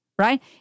right